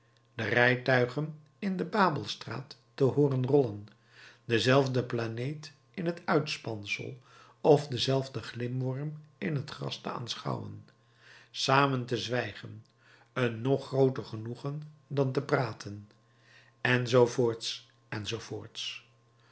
de rijtuigen in de babelstraat te hooren rollen dezelfde planeet in het uitspansel of denzelfden glimworm in het gras te aanschouwen samen te zwijgen een nog grooter genoegen dan te praten